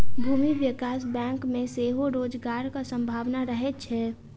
भूमि विकास बैंक मे सेहो रोजगारक संभावना रहैत छै